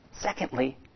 Secondly